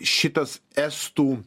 šitas estų